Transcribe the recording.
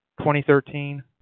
2013